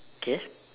okay